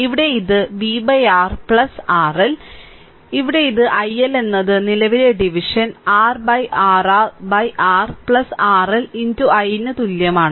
ഇവിടെ ഇത് v R RL ഇവിടെ ഇത് iL എന്നത് നിലവിലെ division R R R R RL i ന് തുല്യമാണ്